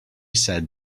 said